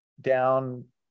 down